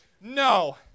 No